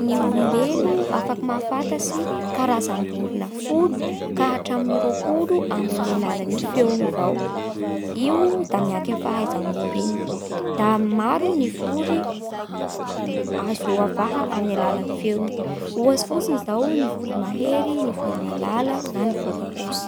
Ny olombelo afaky mahafantatsy karazam-borona folo ka hatramin'ny roapolo amin'ny alalan'ny feony avao. Io da mianky amin'ny fahaizan'olo igny. Da maro ny vory azo avaha amin'ny alalan'ny feo; ohatsy fotsiny izao ny voromahery, ny voromailala, na ny vorompotsy.